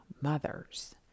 mothers